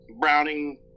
Browning